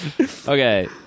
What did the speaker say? Okay